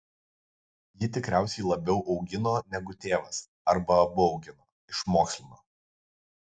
ji tikriausiai labiau augino negu tėvas arba abu augino išmokslino